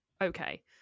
okay